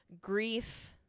grief